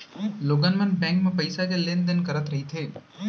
लोगन मन बेंक म पइसा के लेन देन करत रहिथे